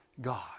God